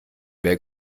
wer